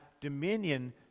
dominion